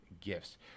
gifts